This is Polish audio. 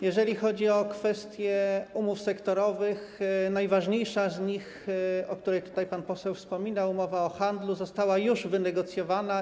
Jeżeli chodzi o kwestię umów sektorowych, najważniejsza z nich, o której pan poseł wspominał, mowa o handlu, została już wynegocjowana.